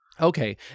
Okay